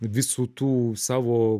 visų tų savo